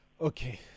Okay